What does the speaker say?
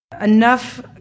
enough